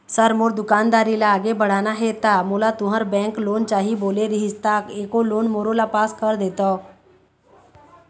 Sir मोर दुकानदारी ला आगे बढ़ाना हे ता मोला तुंहर बैंक लोन चाही बोले रीहिस ता एको लोन मोरोला पास कर देतव?